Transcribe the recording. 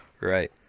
Right